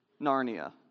Narnia